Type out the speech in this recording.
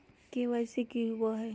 KYC की होबो है?